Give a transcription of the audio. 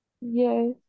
Yes